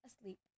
asleep